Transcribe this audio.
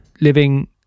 living